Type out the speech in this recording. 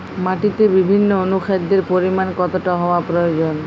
মাটিতে বিভিন্ন অনুখাদ্যের পরিমাণ কতটা হওয়া প্রয়োজন?